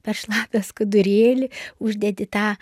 per šlapią skudurėlį uždedi tą